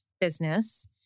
business